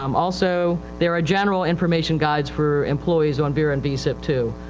um also there are general information guides for employees on vera and vsip too.